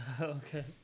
Okay